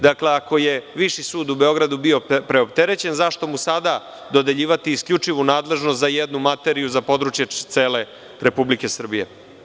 Dakle, ako je Viši sud u Beogradu bio preopterećen, zašto mu sada dodeljivati isključivu nadležnost za jednu materiju za područje cele Republike Srbije?